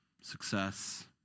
success